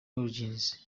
origins